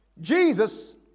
Jesus